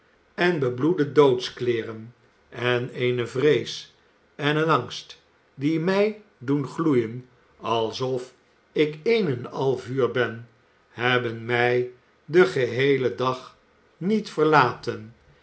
en bebloede doodskleeren en eene vrees en een angst die mij doen gloeien alsof ik een en al vuur ben hebben mij den geheelen dag niet verlaten